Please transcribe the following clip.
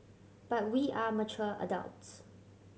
but we are mature adults